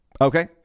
Okay